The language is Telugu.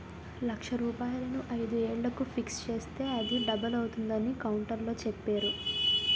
లక్ష రూపాయలను ఐదు ఏళ్లకు ఫిక్స్ చేస్తే అది డబుల్ అవుతుందని కౌంటర్లో చెప్పేరు